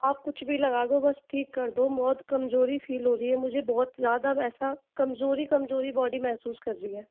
आप कुछ भी लगा दो बस ठीक कर दो बहुत कमज़ोरी फील हो रही है मुझे बहुत ज़्यादा वैसा कमज़ोरी कमज़ोरी बॉडी महसूस कर रही है